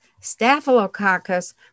staphylococcus